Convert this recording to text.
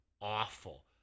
Awful